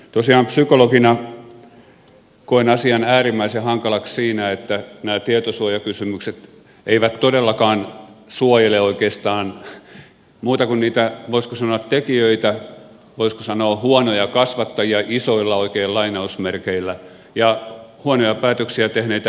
tosiaan psykologina koen asian äärimmäisen hankalaksi siinä että nämä tietosuojakysymykset eivät todellakaan suojele oikeastaan muita kuin niitä voisiko sanoa tekijöitä voisiko sanoa huonoja kasvattajia isoilla oikein lainausmerkeillä ja huonoja päätöksiä tehneitä poliitikkoja